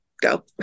go